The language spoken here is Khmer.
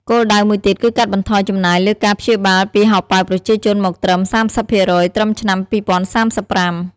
គោលដៅមួយទៀតគឺកាត់បន្ថយចំណាយលើការព្យាបាលពីហោប៉ៅប្រជាជនមកត្រឹម៣៥% ត្រឹមឆ្នាំ២០៣៥។